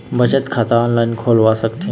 बचत खाता ऑनलाइन खोलवा सकथें?